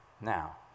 Now